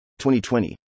2020